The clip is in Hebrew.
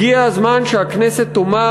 הגיע הזמן שהכנסת תאמר: